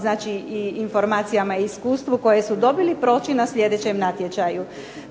znači i informacijama i iskustvu koje su dobili proći na sljedećem natječaju.